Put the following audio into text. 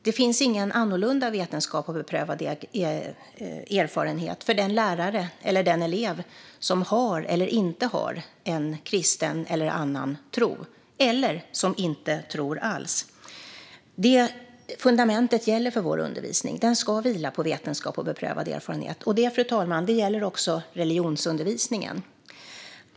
Det finns ingen annorlunda vetenskap och beprövad erfarenhet för den lärare eller den elev som har eller inte har en kristen eller annan tro eller som inte tror alls. Detta fundament gäller för vår undervisning; den ska vila på vetenskap och beprövad erfarenhet. Det, fru talman, gäller också religionsundervisningen.